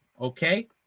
Okay